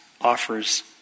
offers